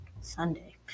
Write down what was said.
sunday